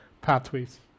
pathways